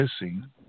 missing